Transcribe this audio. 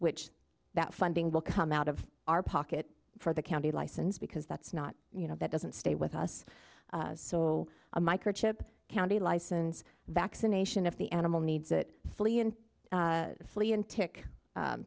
which that funding will come out of our pocket for the county license because that's not you know that doesn't stay with us so a microchip county license vaccination if the animal needs